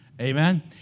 Amen